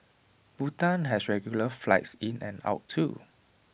Bhutan has regular flights in and out too